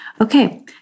okay